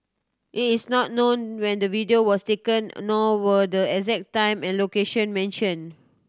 it is not known when the video was taken nor were the exact time and location mentioned